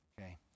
Okay